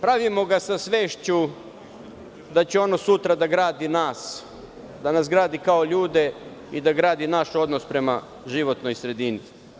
Pravimo ga sa svešću da će ono sutra da gradi nas, da nas gradi kao ljude i da gradi naš odnos prema životnoj sredini.